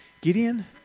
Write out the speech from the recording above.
Gideon